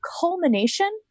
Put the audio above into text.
culmination